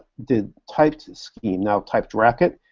did typed scheme, now typed racket,